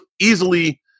easily